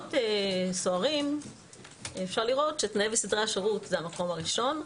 בקבילות סוהרים אפשר לראות שתנאי וסדרי השירות זה המקום הראשון.